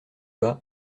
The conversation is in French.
bas